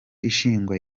ishingwa